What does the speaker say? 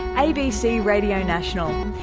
abc radio national,